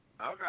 Okay